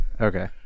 Okay